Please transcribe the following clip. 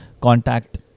contact